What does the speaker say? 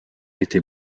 était